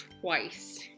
twice